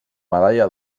medalla